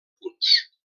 punts